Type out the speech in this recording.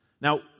Now